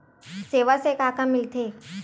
सेवा से का का मिलथे?